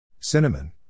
Cinnamon